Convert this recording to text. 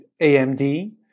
AMD